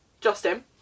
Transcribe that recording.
Justin